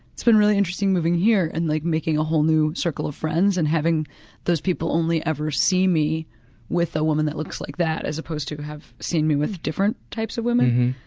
it's been really interesting moving here and like making a whole new circle of friends and having those people only ever see me with a woman that looks like that, as opposed to having seen me with different types of women,